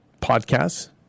podcasts